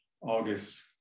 August